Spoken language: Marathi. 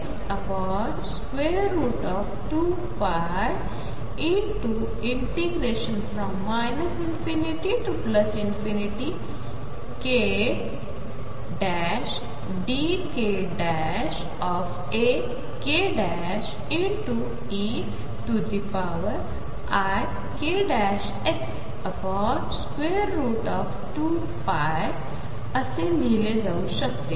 असेल जे ∞dx ∞dkAke ikx2π ∞kdkAkeikx2π I असे लिहिले जाऊ शकते